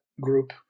Group